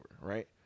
right